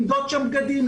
למדוד שם בגדים,